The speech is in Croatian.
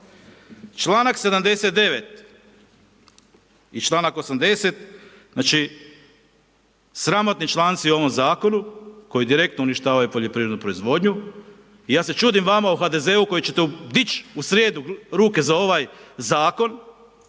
Članak 79., i članak 80., znači, sramotni članci u ovom Zakonu koji direktno uništavaju poljoprivrednu proizvodnju i ja se čudim vama u HDZ-u koji će te dić' u srijedu ruke za ovaj Zakon,